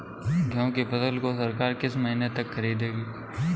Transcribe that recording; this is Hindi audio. गेहूँ की फसल को सरकार किस महीने तक खरीदेगी?